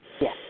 Yes